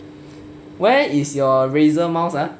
where is your razer mouse ah